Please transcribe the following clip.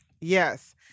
Yes